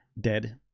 dead